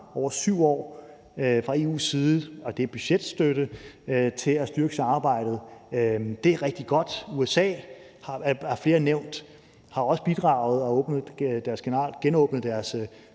over 7 år fra EU's side, og det er budgetstøtte, til at styrke samarbejdet, og det er rigtig godt. USA har, som flere har nævnt, også bidraget og genåbnet deres